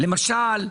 למשל,